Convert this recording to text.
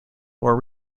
more